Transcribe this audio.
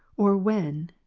or when,